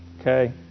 okay